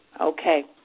Okay